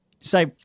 Say